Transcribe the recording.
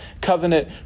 covenant